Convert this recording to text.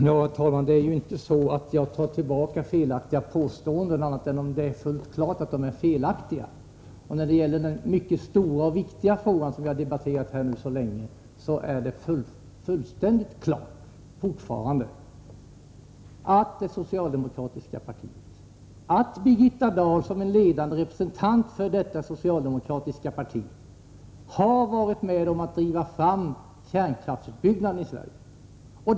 Herr talman! Det är inte så att jag tar tillbaka felaktiga påståenden annat än om det är fullt klart att de är felaktiga. När det gäller den mycket stora och viktiga fråga som vi nu så länge debatterat här är det fortfarande fullständigt klart att det socialdemokratiska partiet och Birgitta Dahl som en ledande representant för detta socialdemokratiska parti har varit med om att driva fram kärnkraftsutbyggnaden i Sverige.